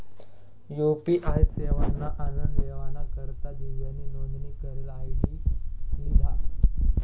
UPI सेवाना आनन लेवाना करता दिव्यानी नोंदनी करेल आय.डी लिधा